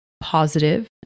positive